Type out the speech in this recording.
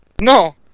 no